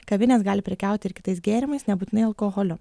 kavinės gali prekiauti ir kitais gėrimais nebūtinai alkoholiu